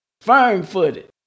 Firm-footed